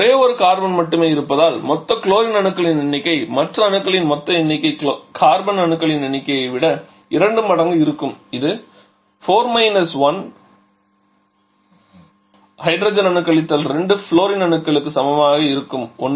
ஒரே ஒரு கார்பன் மட்டுமே இருப்பதால் மொத்த குளோரின் அணுக்களின் எண்ணிக்கை மற்ற அணுக்களின் மொத்த எண்ணிக்கை கார்பன் அணுக்களின் எண்ணிக்கையை விட இரண்டு மடங்கு இருக்கும் இது 4 மைனஸ் 1 ஹைட்ரஜன் அணு கழித்தல் 2 ஃவுளூரின் அணுக்களுக்கு சமமாக இருக்கும் 1